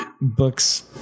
books